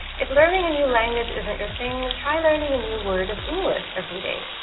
if learning a new language isn't your thing, and try learning a new word of english everyday.